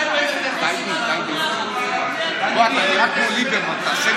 שליחי דרבנן, שהלכו לגייס את